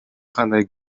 кандай